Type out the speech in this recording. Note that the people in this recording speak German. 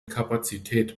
kapazität